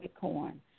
corn